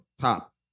top